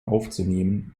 aufzunehmen